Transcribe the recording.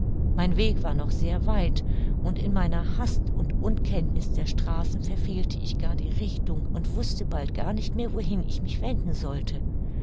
mein weg war noch sehr weit und in meiner hast und unkenntniß der straßen verfehlte ich gar die richtung und wußte bald gar nicht mehr wohin ich mich wenden sollte